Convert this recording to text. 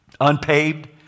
Unpaved